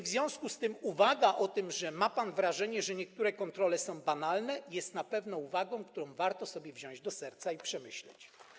W związku z tym uwaga, że ma pan wrażenie, że niektóre kontrole są banalne, jest na pewno uwagą, którą warto sobie wziąć do serca i przemyśleć.